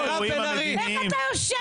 איך אתה יושב פה?